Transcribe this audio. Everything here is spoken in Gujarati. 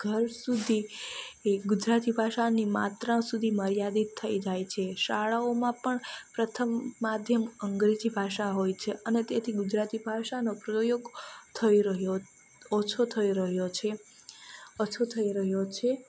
ઘર સુધી એ ગુજરાતી ભાષાની માત્રા સુધી મર્યાદિત થઈ જાય છે શાળાઓમાં પણ પ્રથમ માધ્યમ અંગ્રેજી ભાષા હોય છે અને તેથી ગુજરાતી ભાષાનો પ્રયોગ થઈ રહ્યો ઓછો થઈ રહ્યો છે ઓછો થઈ રહ્યો છે